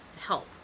help